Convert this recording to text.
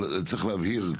אבל צריך להבהיר.